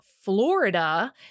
Florida